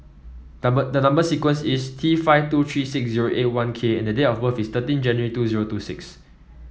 number the number sequence is T five two three six zero eight one K and date of birth is thirteen January two zero two six